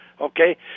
Okay